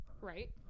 right